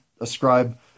ascribe